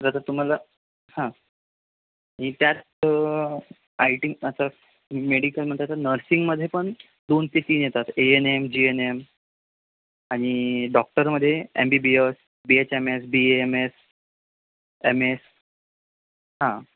जसं तुम्हाला हां त्यात आय टी असं मेडिकल म्हणत आहे तर नर्सिंगमध्ये पण दोन ते तीन येतात A N M G N M आणि डॉक्टरमध्ये M B B S B H M S B A M S M S हां